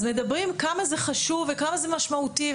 אז מדברים כמה זה חשוב וכמה זה משמעותי,